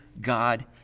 God